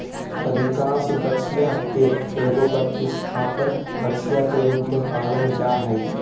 अधिकांश बछिया के एगो प्रतिस्थापन बछिया के रूप में पालल जा हइ